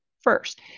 first